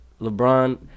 LeBron